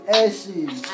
ashes